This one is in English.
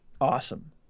Awesome